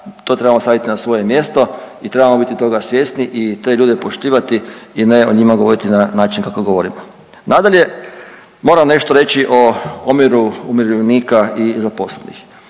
to trebamo staviti na svoje mjesto i trebamo biti toga svjesni i te ljude poštivati i ne o njima govoriti na način kako govorimo. Nadalje, moram nešto reći o omjeru umirovljenika i zaposlenih.